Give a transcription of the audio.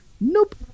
nope